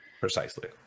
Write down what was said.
Precisely